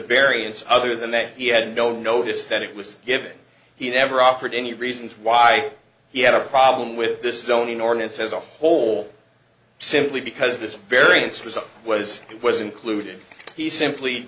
variance other than that he had no notice that it was given he never offered any reasons why he had a problem with this is only an ordinance as a whole simply because this variance was or was it was included he simply